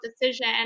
decision